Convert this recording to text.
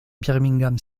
birmingham